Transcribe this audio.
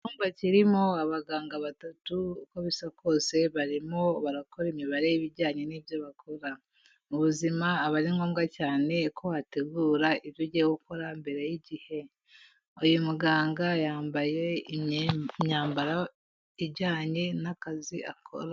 Icyumba kirimo abaganga batatu, uko bisa kose barimo barakora imibare y'ibijyanye n'ibyo bakora. Mu buzima aba ari ngombwa cyane ko hategura ibyo ugiye gukora mbere y'igihe, uyu muganga yambaye imyambaro ijyanye n'akazi akora.